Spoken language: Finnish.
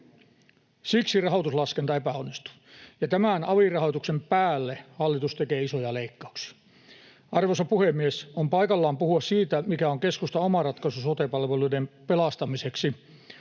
Siksi rahoituslaskenta epäonnistui. Ja tämän alirahoituksen päälle hallitus tekee isoja leikkauksia. Arvoisa puhemies! On paikallaan puhua siitä, mikä on keskustan oma ratkaisu sote-palveluiden pelastamiseksi.